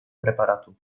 preparatu